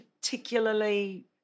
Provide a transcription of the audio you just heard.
particularly